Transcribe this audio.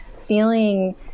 feeling